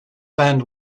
band